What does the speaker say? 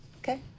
Okay